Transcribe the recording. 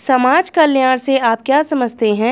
समाज कल्याण से आप क्या समझते हैं?